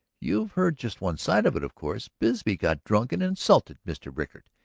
you've heard just one side of it, of course. bisbee got drunk and insulted mr. rickard.